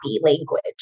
language